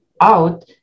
out